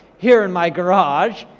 here in my garage,